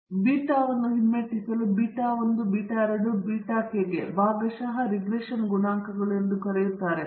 ಮತ್ತೊಮ್ಮೆ ಬೀಟಾವನ್ನು ಹಿಮ್ಮೆಟ್ಟಿಸಲು ಬೀಟಾ 1 ಬೀಟಾ 2 ಬೀಟಾ ಕೆ ಗೆ ಭಾಗಶಃ ರಿಗ್ರೆಷನ್ ಗುಣಾಂಕಗಳು ಎಂದು ಕರೆಯುತ್ತಾರೆ